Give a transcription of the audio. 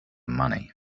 money